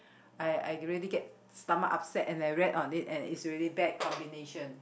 I I ready get stomach upset and I read on it and is really bad combination